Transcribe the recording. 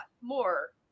more